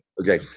okay